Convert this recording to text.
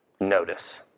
notice